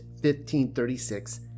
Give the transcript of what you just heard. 1536